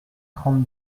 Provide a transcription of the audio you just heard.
trente